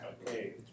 Okay